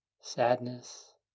sadness